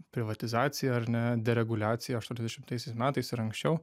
privatizacija ar ne reguliacija aštuoniasdešimtaisiais metais ir anksčiau